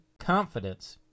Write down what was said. confidence